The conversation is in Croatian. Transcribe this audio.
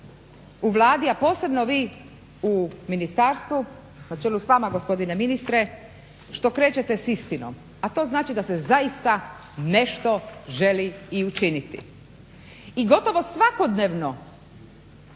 u Vladi, a posebno vi u ministarstvu na čelu s vama gospodine ministre što krećete istinom, a to znači da se zaista nešto želi i učiniti. I gotovo svakodnevno